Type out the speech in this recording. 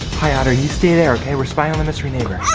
hi otter, you stay there okay? we spying on the mystery neighbor.